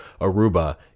Aruba